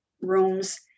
rooms